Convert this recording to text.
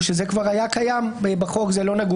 שלא לדון